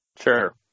Sure